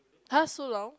[huh] so long